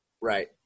Right